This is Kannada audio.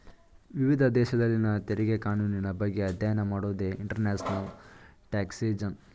ವಿವಿಧ ದೇಶದಲ್ಲಿನ ತೆರಿಗೆ ಕಾನೂನಿನ ಬಗ್ಗೆ ಅಧ್ಯಯನ ಮಾಡೋದೇ ಇಂಟರ್ನ್ಯಾಷನಲ್ ಟ್ಯಾಕ್ಸ್ಯೇಷನ್